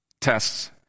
tests